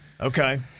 okay